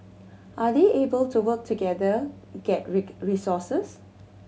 are they able to work together get resources